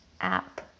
app